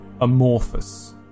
amorphous